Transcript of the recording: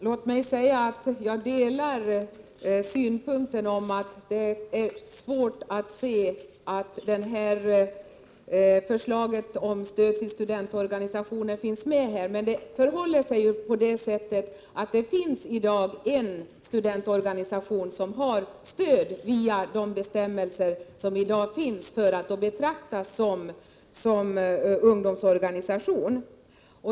Herr talman! Jag delar åsikten att det är svårt att förstå varför förslaget om stöd till studentorganisationer finns med här. Men det finns ju en studentorganisation som i dag betraktas som en ungdomsorganisation och får stöd enligt de villkor som gäller för ungdomsorganisationer.